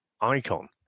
icon